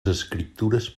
escriptures